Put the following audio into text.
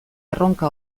erronka